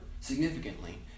significantly